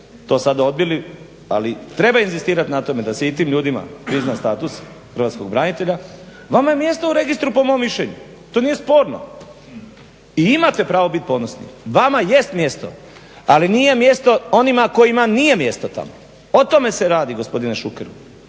to sada odbili ali treba inzistirati na tome da se i tim ljudima prizna status hrvatskog branitelja. Vama je mjesto u registru po mom mišljenju, to nije sporno. I imate pravo bit ponosni. Vama jest mjesto. Ali nije mjesto onima kojima nije mjesto tamo. O tome se radi gospodine Šukeru.